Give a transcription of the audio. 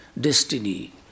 destiny